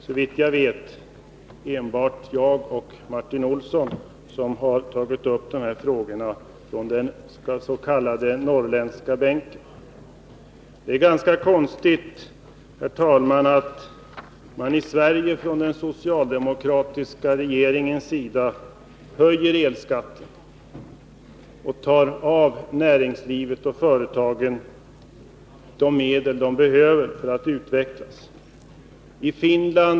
Såvitt jag vet är det enbart jag och Martin Olsson från den s.k. Norrlandsbänken som har tagit upp dessa frågor. Det är ganska konstigt, herr talman, att den socialdemokratiska regeringen i Sverige höjer elskatten och tar av näringslivet och företagen de medel som de behöver för att utvecklas.